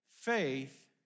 Faith